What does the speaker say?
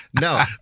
no